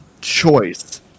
choice